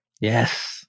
Yes